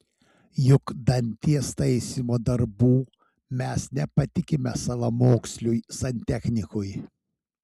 juk danties taisymo darbų mes nepatikime savamoksliui santechnikui